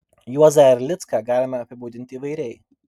juozą erlicką galima apibūdinti įvairiai